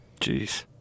Jeez